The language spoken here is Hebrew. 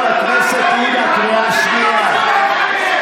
קריאה שנייה.